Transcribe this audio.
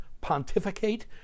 pontificate